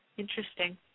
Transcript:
interesting